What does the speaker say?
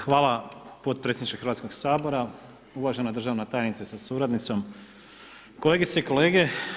Hvala potpredsjedniče Hrvatskog sabora, uvažena državna tajnice sa suradnicom, kolegice i kolege.